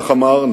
כך אמר,